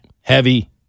Heavy